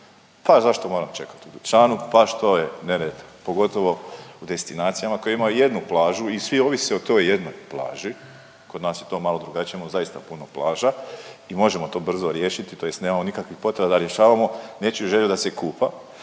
pa zašto moram čekat u dućani, pa što je nered, pogotovo u destinacijama koje imaju jednu plažu i svi ovise o toj jednoj plaži, kod nas je to malo drugačije, imamo zaista puno plaža i možemo to brzo riješiti, tj. nemamo nikakvih potreba da rješavamo nečiju želju da se kupa,